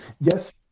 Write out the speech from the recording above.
Yes